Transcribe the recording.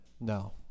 No